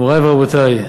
מורי ורבותי,